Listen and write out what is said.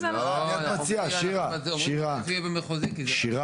אנחנו הולכים עם היגיון, ושמים בדרך